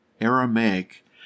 Aramaic